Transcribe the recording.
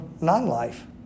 non-life